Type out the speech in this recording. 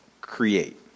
create